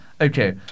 okay